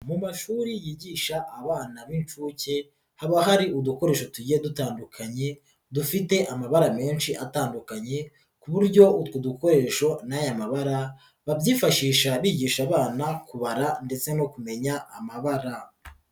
Mu mashuri yigisha abana b'inshuke haba hari udukoresho tugiye dutandukanye dufite amabara menshi atandukanye ku buryo utu dukoresho n'aya mabara babyifashisha bigisha abana kubara ndetse no kumenya amabara.